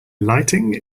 lighting